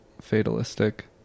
fatalistic